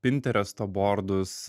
pinteresto bordus